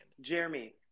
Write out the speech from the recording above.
Jeremy